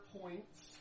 points